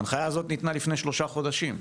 ההנחיה ניתנה לפני שלושה חודשים,